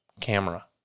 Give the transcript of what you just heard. camera